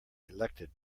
elected